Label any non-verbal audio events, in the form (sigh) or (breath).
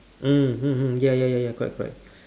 mm mm hmm ya ya ya ya correct correct (breath)